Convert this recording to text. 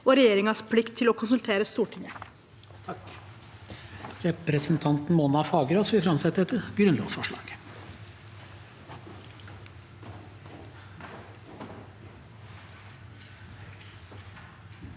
og regjeringens plikt til å konsultere Stortinget.